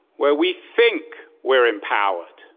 where we think we're empowered.